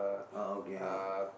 oh okay ah